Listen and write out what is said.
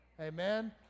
Amen